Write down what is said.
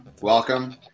Welcome